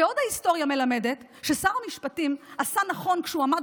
ועוד ההיסטוריה מלמדת ששר המשפטים עשה נכון כשהוא עמד